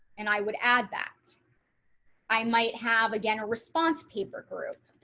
and i would add that i might have, again, a response paper group.